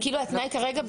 התנאי כרגע,